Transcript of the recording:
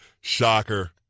Shocker